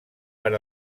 per